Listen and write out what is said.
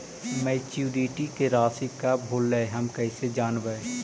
Maturity के रासि कब होलै हम कैसे जानबै?